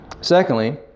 Secondly